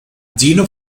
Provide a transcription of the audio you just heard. dino